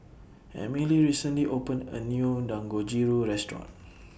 Emily recently opened A New Dangojiru Restaurant